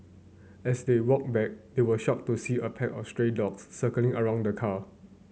as they walked back they were shocked to see a pack of stray dogs circling around the car